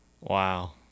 Wow